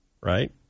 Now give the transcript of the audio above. right